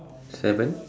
seven